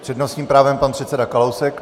S přednostním právem pan předseda Kalousek.